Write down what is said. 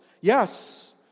Yes